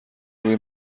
روی